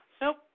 Nope